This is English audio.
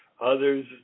others